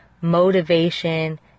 motivation